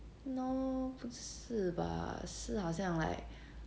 no 不是吧是好像 like